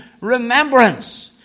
remembrance